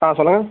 ஆ சொல்லுங்கள்